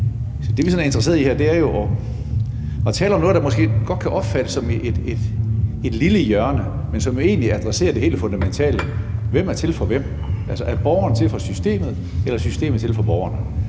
sådan er interesseret i her, er jo at tale om noget, der måske godt kan opfattes som et lille hjørne, men som egentlig adresserer det helt fundamentale, nemlig hvem der er til for hvem. Altså, er borgeren til for systemet, eller er systemet til for borgeren?